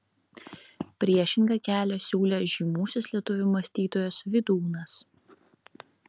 priešingą kelią siūlė žymusis lietuvių mąstytojas vydūnas